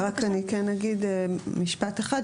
רק אני כן אגיד משפט אחד,